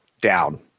down